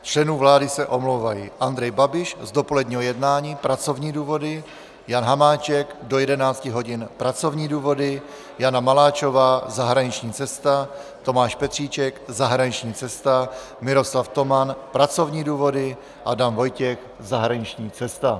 Z členů vlády se omlouvají: Andrej Babiš z dopoledního jednání pracovní důvody, Jan Hamáček do 11 hodin pracovní důvody, Jana Maláčová zahraniční cesta, Tomáš Petříček zahraniční cesta, Miroslav Toman pracovní důvody, Adam Vojtěch zahraniční cesta.